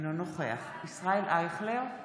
אינו נוכח ישראל אייכלר,